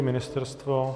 Ministerstvo?